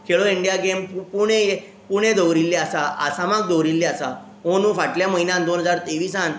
Khelo India game पु पुणे पुणे दवरिल्ली आसा आसामाक दवरिल्ली आसा अंदू फाटल्या म्हयन्यान दोन हजार तेविसान